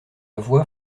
voie